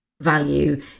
value